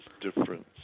difference